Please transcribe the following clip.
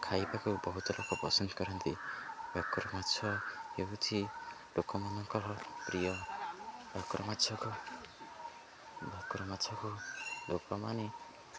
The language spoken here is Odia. ଖାଇବାକୁ ବହୁତ ଲୋକ ପସନ୍ଦ କରନ୍ତି ଭାକୁର ମାଛ ହେଉଛିି ଲୋକମାନଙ୍କର ପ୍ରିୟ ଭାକୁର ମାଛକୁ ଭାକୁର ମାଛକୁ ଲୋକମାନେ